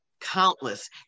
countless